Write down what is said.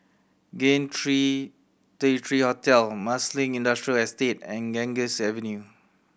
Raintr three Hotel Marsiling Industrial Estate and Ganges Avenue